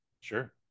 Sure